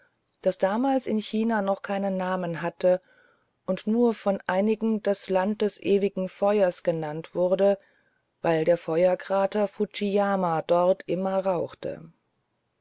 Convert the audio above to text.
das damals in china noch keinen namen hatte und nur von einigen das land des ewigen feuers genannt wurde weil der feuerkrater fushiyama dort immer rauchte